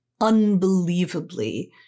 unbelievably